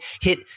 hit